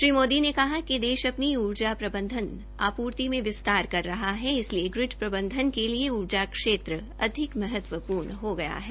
श्री मोदी ने कहा कि देश अपनी ऊर्जा प्रबंधन आपूर्ति में विस्तार कर रहा है इसलिये ग्रिड प्रबंधन के लिए ऊर्जा क्षेत्र अधिक महत्वपूर्ण है